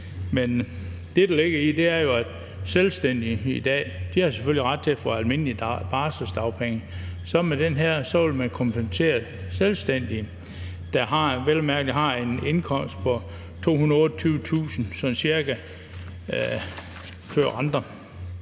Det, der ligger i det, er jo, at selvstændige i dag selvfølgelig har ret til at få almindelige barselsdagpenge, og med det her forslag vil man så kompensere selvstændige, der vel at mærke har en indkomst på sådan cirka 228.000